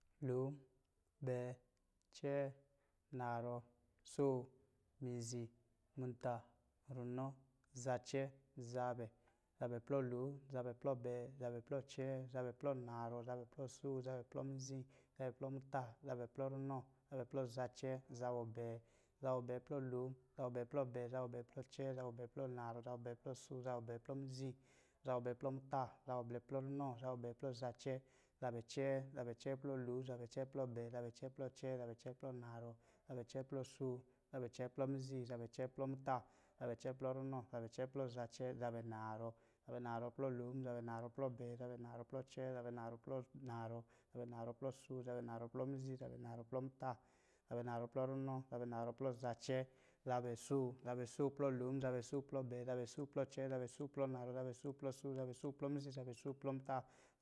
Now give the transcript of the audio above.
Lom, bɛɛ, cɛɛ, naarɔ, sóó, mizi, muta, runɔ, zacɛ, zabɛ, zabɛ, plɔ lom, zapɛplɔ bɛɛ, zabɛ plɔ cɛɛ, zabɛ plɔ naarɔ, zabɛ plɔ sóó, zabɛ plɔ mizi, zabɛ plɔ muta, zabɛ plɔ runɔ, zabɛ plɔ zacɛ, zabɛ cɛɛ, zabɛ cɛɛ plɔ lo, zabɛ cɛɛ plɔ bɛɛ, zabɛ cɛɛ plɔ cɛɛ, zabɛ cɛɛ plɔ naarɔ, zabɛ cɛɛ plɔ sóó, zabɛ cɛɛ plɔ mizi, zabɛ cɛɛ plɔ mita, zabɛ cɛɛ plɔ runɔ, zabɛ cɛɛ plɔ zacɛ, zabɛ naarɔ, zabɛ naarɔ plɔ lom, zabɛ naarɔ plɔ bɛɛ, zabɛ naarɔ plɔ cɛɛ, zabɛ naarɔ plɔ naarɔ, zabɛ naarɔ plɔ sóó, zabɛ naarɔ plɔ miziz, zabɛ naarɔ plɔ muta, zabɛ naarɔ plɔ runɔ, zabɛ naarɔ plɔ cɛɛ, zabɛ sóó, zabɛ sóó plɔ lo, zabɛ sóó plɔ bɛɛ, zabɛ sóó plɔ cɛɛ, zabɛ sóó naarɔ, zabɛ sóó plɔ sóó, zabɛ sóó plɔ mizi, zabɛ sóó plɔ muta.